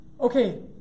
Okay